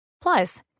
Plus